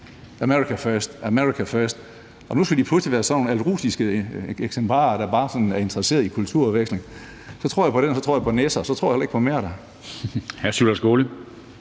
America first, America first! Og nu skal de pludselig være sådan altruistiske eksemplarer, der bare er interesseret i kulturudveksling. Så tror jeg på den, og så tror jeg på nisser, og så tror jeg heller ikke på mere.